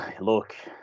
Look